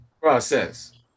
process